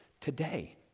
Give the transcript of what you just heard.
today